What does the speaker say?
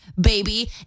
baby